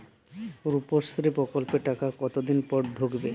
রুপশ্রী প্রকল্পের টাকা কতদিন পর ঢুকবে?